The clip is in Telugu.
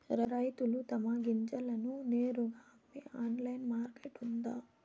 రైతులు తమ గింజలను నేరుగా అమ్మే ఆన్లైన్ మార్కెట్ ఉందా?